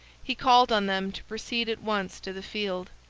he called on them to proceed at once to the field.